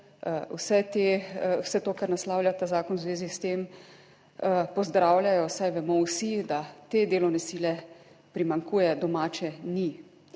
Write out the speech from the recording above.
vse to, kar naslavlja ta zakon v zvezi s tem pozdravljajo, saj vemo vsi, da te delovne sile primanjkuje. Domače ni.